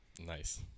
Nice